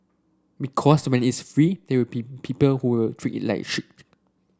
because when it's free there will be people who will treat it like shit